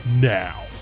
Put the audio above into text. now